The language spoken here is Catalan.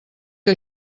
que